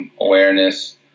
awareness